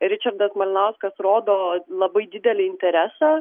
ričardas malinauskas rodo labai didelį interesą